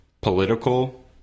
political